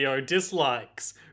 dislikes